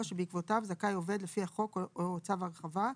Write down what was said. שבעקבותיו זכאי עובד לפי החוק או צו הרחבה,